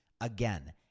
Again